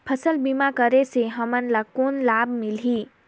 फसल बीमा करे से हमन ला कौन लाभ मिलही?